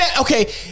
okay